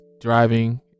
driving